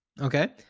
Okay